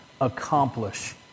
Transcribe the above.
accomplish